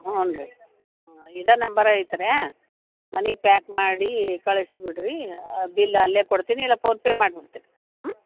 ಹ್ಞೂ ರೀ ಇದೇ ನಂಬರ್ ಐತ್ರಾ ಮನಿಗೆ ಪ್ಯಾಕ್ ಮಾಡಿ ಕಳಿಸಿ ಬಿಡಿರಿ ಬಿಲ್ ಅಲ್ಲೇ ಕೊಡ್ತೀನಿ ಇಲ್ಲ ಫೋನ್ಪೇ ಮಾಡಿಬಿಡ್ತೀನಿ ಹ್ಞೂ